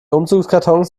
umzugskartons